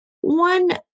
One